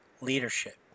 leadership